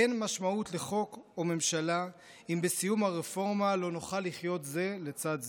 אין משמעות לחוק או ממשלה אם בסיום הרפורמה לא נוכל לחיות זה לצד זה.